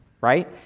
right